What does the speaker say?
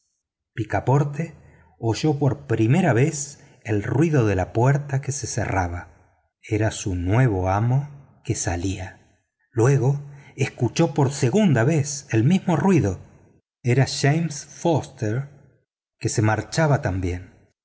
picaporte oyó por primera vez el ruido de la puerta que se cerraba era su nuevo amo que salía luego escuchó por segunda vez el mismo ruido era james foster que se marchaba también